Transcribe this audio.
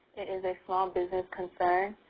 it is a small business concern,